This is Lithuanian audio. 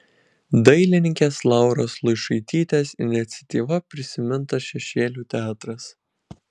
dailininkės lauros luišaitytės iniciatyva prisimintas šešėlių teatras